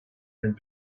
and